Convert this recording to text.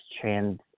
trans